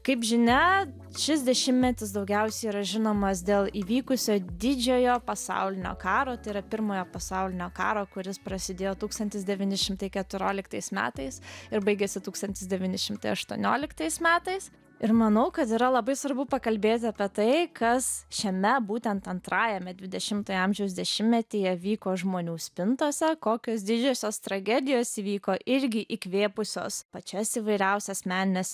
kaip žinia šis dešimtmetis daugiausiai yra žinomas dėl įvykusio didžiojo pasaulinio karo tai yra pirmojo pasaulinio karo kuris prasidėjo tūkstantis devyni šimtai keturioliktais metais ir baigėsi tūkstantis devyni šimtai aštuonioliktais metais ir manau kad yra labai svarbu pakalbėti apie tai kas šiame būtent antrajame dvidešimtojo amžiaus dešimtmetyje vyko žmonių spintose kokios didžiosios tragedijos įvyko irgi įkvėpusios pačias įvairiausias menines